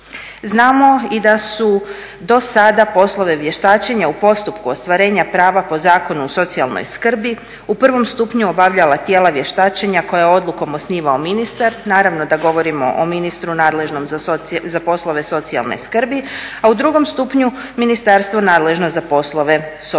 Znamo i da su do sada poslove vještačenja u postupku ostvarenja prava po Zakonu o socijalnoj skrbi u prvom stupnju obavljala tijela vještačenja koja je odlukom osnivao ministar, naravno da govorimo o ministru nadležnom za poslove socijalne skrbi, a u drugom stupnju ministarstvo nadležno za poslove socijalne skrbi.